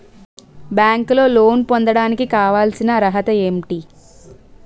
బ్యాంకులో లోన్ పొందడానికి కావాల్సిన అర్హత ఏంటి?